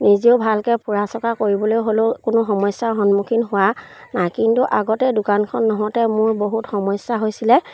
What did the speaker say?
নিজেও ভালকৈ ফুৰা চকা কৰিবলৈ হ'লেও কোনো সমস্যাৰ সন্মুখীন হোৱা নাই কিন্তু আগতে দোকানখন নহওঁতে মোৰ বহুত সমস্যা হৈছিলে